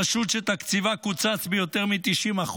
הרשות שתקציבה קוצץ ביותר מ-90%,